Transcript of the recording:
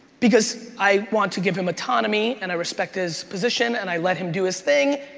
because i want to give him autonomy and i respect his position and i let him do his thing,